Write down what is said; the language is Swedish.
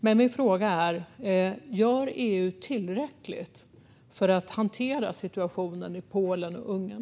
Min fråga är: Gör EU tillräckligt för att hantera situationen i Polen och Ungern?